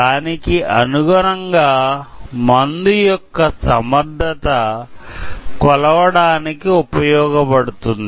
దానికి అనుగుణంగా మందు యొక్క సమర్ధత కొలవడానికి ఉపయోగపడుతుంది